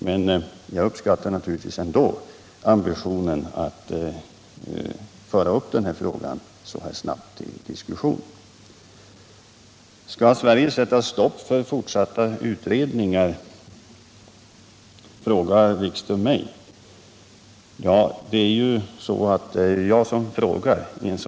Trots detta uppskattar jag ambitionen att föra upp den här frågan så pass snabbt till diskussion. Utbildningsministern frågar om Sverige skall sätta stopp för fortsatta utredningar, men i diskussioner av denna typ är det väl jag som frågar.